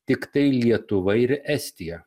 tiktai lietuva ir estija